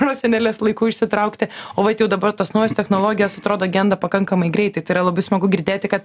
prosenelės laikų išsitraukti o vat jau dabar tos naujos technologijos atrodo genda pakankamai greitai tai yra labai smagu girdėti kad